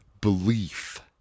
belief